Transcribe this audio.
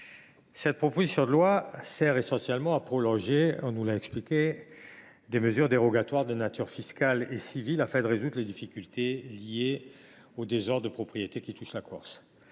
cette proposition de loi sert essentiellement à prolonger des mesures dérogatoires, de nature fiscale et civile, afin de résoudre les difficultés liées au désordre de propriété qui touche la Corse.